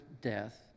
death